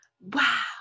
Wow